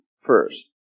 first